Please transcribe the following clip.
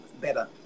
better